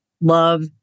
love